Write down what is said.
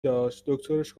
داشت، دکترش